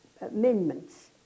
amendments